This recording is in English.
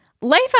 life